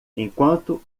enquanto